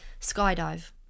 skydive